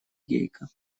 гейка